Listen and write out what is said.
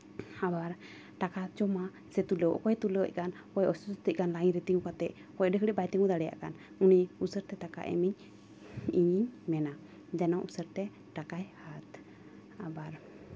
ᱟᱵᱟᱨ ᱴᱟᱠᱟ ᱡᱚᱢᱟ ᱥᱮ ᱛᱩᱞᱟᱹᱣ ᱚᱠᱚᱭᱮ ᱛᱩᱞᱟᱹᱣᱮᱫ ᱠᱟᱱ ᱚᱠᱚᱭ ᱚᱥᱚᱥᱛᱤᱜ ᱠᱟᱱ ᱞᱟᱭᱤᱱ ᱨᱮ ᱛᱤᱸᱜᱩ ᱠᱟᱛᱮᱫ ᱚᱠᱚᱭ ᱟᱹᱰᱤ ᱜᱷᱟᱹᱲᱤᱡ ᱵᱟᱭ ᱛᱤᱸᱜᱩ ᱫᱟᱲᱮᱭᱟᱜ ᱠᱟᱱ ᱩᱱᱤ ᱩᱥᱟᱹᱨᱟ ᱛᱮ ᱴᱟᱠᱟ ᱮᱢᱤᱧ ᱤᱧᱤᱧ ᱢᱮᱱᱟ ᱡᱮᱱᱚ ᱩᱥᱟᱹᱨᱟᱛᱮ ᱴᱟᱠᱟᱭ ᱦᱟᱛᱟᱣ ᱟᱵᱟᱨ